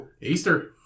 Easter